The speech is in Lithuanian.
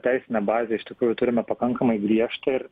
teisinę bazę iš tikrųjų turime pakankamai griežtą ir